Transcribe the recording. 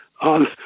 on